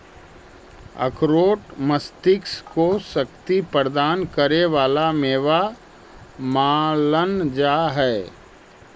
अखरोट मस्तिष्क को शक्ति प्रदान करे वाला मेवा मानल जा हई